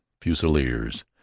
Fusiliers